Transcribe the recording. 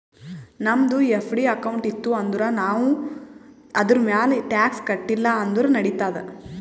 ನಮ್ದು FD account ಇತ್ತು ಅಂದುರ್ ನಾವ್ ಅದುರ್ಮ್ಯಾಲ್ ಟ್ಯಾಕ್ಸ್ ಕಟ್ಟಿಲ ಅಂದುರ್ ನಡಿತ್ತಾದ್